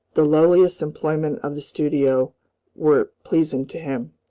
the lowliest employments of the studio were pleasing to him.